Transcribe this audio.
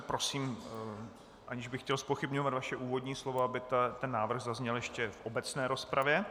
Prosím, aniž bych chtěl zpochybňovat vaše úvodní slovo, aby návrh zazněl ještě v obecné rozpravě.